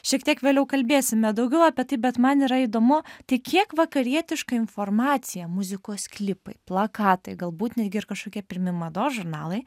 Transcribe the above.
šiek tiek vėliau kalbėsime daugiau apie tai bet man yra įdomu tai kiek vakarietiška informacija muzikos klipai plakatai galbūt netgi ir kažkokie pirmi mados žurnalai